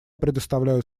предоставляю